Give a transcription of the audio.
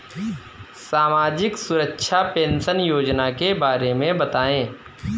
सामाजिक सुरक्षा पेंशन योजना के बारे में बताएँ?